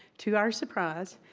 to our surprise,